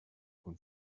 con